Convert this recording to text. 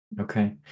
Okay